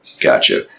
Gotcha